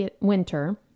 winter